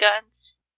guns